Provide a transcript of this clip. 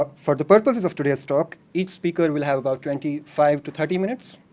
ah for the purposes of today's talk, each speaker will have about twenty five to thirty minutes.